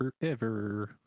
forever